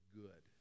good